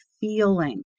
feeling